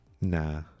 Nah